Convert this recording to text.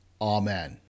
Amen